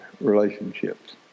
relationships